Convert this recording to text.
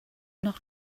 not